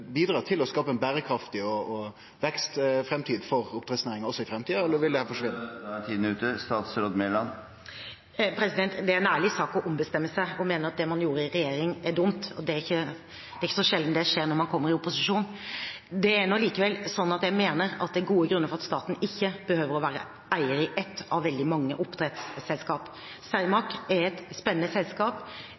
bidra til å skape ei berekraftig vekstframtid for oppdrettsnæringa også i framtida? Det er en ærlig sak å ombestemme seg og mene at det man gjorde i regjering var dumt. Det er ikke så sjelden det skjer når man kommer i opposisjon. Det er nå likevel sånn at jeg mener at det er gode grunner for at staten ikke behøver å være eier i ett av veldig mange oppdrettsselskaper. Cermaq er et spennende selskap,